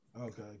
okay